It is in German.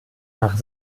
nach